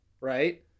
right